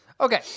Okay